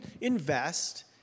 invest